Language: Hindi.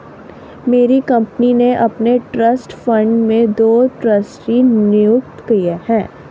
मेरी कंपनी ने अपने ट्रस्ट फण्ड में दो ट्रस्टी नियुक्त किये है